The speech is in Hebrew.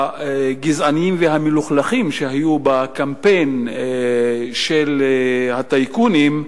הגזעניים והמלוכלכים שהיו בקמפיין של הטייקונים,